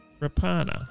Rapana